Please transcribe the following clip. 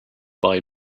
buy